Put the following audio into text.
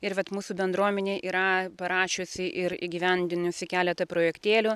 ir vat mūsų bendruomenė yra parašiusi ir įgyvendinusi keletą projektėlių